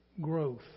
growth